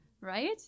right